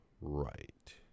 right